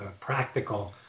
practical